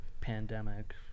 pandemic